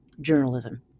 journalism